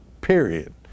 period